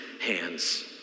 hands